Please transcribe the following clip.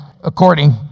according